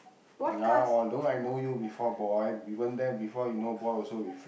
ya although I know you before boy given that before you know boy also we